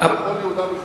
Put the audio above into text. בכל יהודה ושומרון?